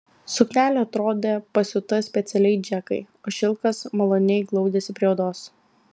suknelė atrodė pasiūta specialiai džekai o šilkas maloniai glaudėsi prie odos